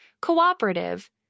cooperative